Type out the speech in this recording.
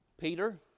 Peter